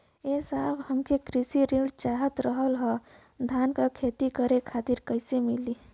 ए साहब हमके कृषि ऋण चाहत रहल ह धान क खेती करे खातिर कईसे मीली?